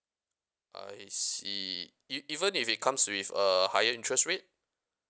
I see e~ even if it comes with a higher interest rate